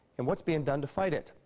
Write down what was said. and what's being done to fight it.